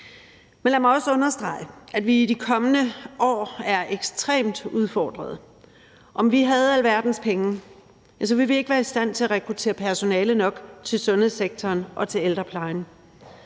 Men lad mig også understrege, at vi i de kommende år er ekstremt udfordrede. Om vi havde alverdens penge, ville vi ikke være i stand til at rekruttere personale nok til sundhedssektoren og til ældreplejen.